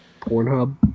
Pornhub